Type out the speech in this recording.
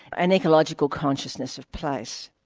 and ecological consciousness of place.